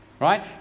Right